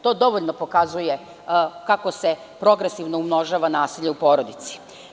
To dovoljno pokazuje kako se progresivno umnožava nasilje u porodici.